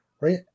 right